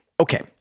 Okay